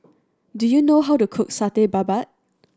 do you know how to cook Satay Babat